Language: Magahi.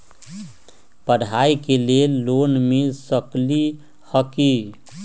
पढाई के लेल लोन मिल सकलई ह की?